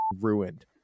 ruined